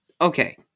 Okay